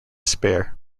spare